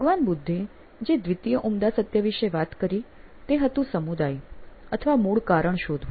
ભગવાન બુદ્ધે જે દ્વિતીય ઉમદા સત્ય વિશે વાત કરી તે હતું સમુદાય અથવા મૂળ કારણ શોધવું